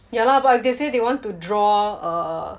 yeah lah but if they say they want to draw err